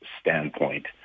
standpoint